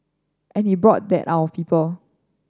and he brought that out of people